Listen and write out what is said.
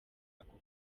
ako